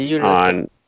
on